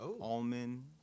almond